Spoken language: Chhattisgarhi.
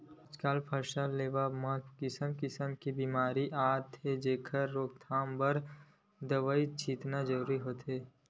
आजकल फसल लेवब म किसम किसम के बेमारी आथे जेखर रोकथाम बर दवई छितना जरूरी होथे